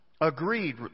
Agreed